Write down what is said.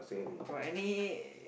got any